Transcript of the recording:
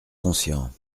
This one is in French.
conscient